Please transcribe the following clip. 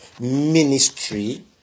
ministry